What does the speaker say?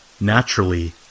Naturally